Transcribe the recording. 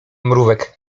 mrówek